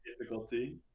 difficulty